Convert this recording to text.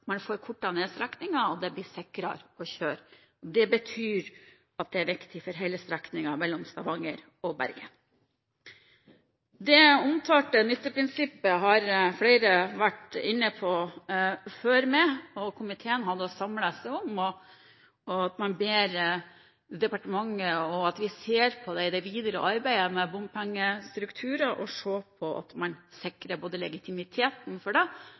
man får kortet ned strekningen og det blir sikrere å kjøre. Det betyr at det er viktig for hele strekningen mellom Stavanger og Bergen. Det omtalte nytteprinsippet har flere vært inne på før meg, og komiteen har samlet seg om å be departementet se på det videre arbeidet med bompengestrukturer og både sikre legitimiteten for det